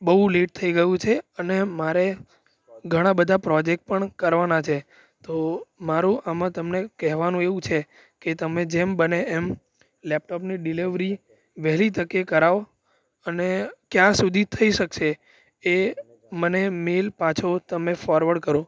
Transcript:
બહુ લેટ થઈ ગયું છે અને મારે ઘણા બધા પ્રોજેક્ટ પણ કરવાના છે તો મારું આમાં તમને કહેવાનું એવું છે કે તમે જેમ બને એમ લેપટોપની ડીલેવરી વહેલી તકે કરાવો અને ક્યા સુધી થઈ શકશે એ મને મેલ પાછો તમે ફોરવર્ડ કરો